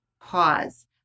pause